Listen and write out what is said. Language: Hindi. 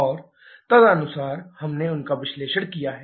और तदनुसार हमने उनका विश्लेषण किया है